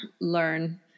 learn